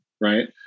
right